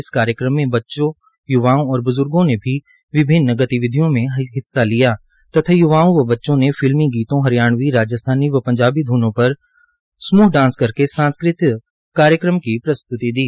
इस कार्यक्रम में बच्चों य्वाओं और ब्ज्र्गो ने विभिन्न गतिविधियों में हिस्सा लिया तथा य्वाओं व बच्चों ने फिल्मी गीतों हरियाणवी राजस्थानी व पंजाबी ध्नों पर समूह डांस करके सांस्कृतिक कार्यक्रम की प्रस्त्ति दी